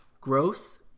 Growth